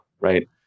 right